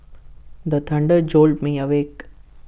the tender jolt me awake